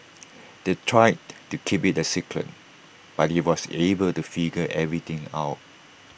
they tried to keep IT A secret but he was able to figure everything out